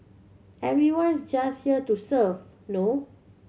everyone's just here to serve no